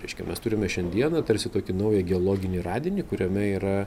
reiškia mes turime šiandieną tarsi tokį naują geologinį radinį kuriame yra